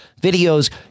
videos